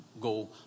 go